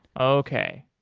okay.